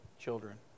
children